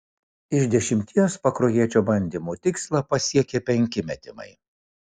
iš dešimties pakruojiečio bandymų tikslą pasiekė penki metimai